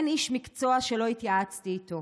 אין איש מקצוע שלא התייעצתי איתו.